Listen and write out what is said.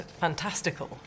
fantastical